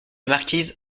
marquise